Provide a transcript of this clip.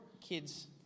kid's